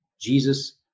Jesus